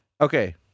Okay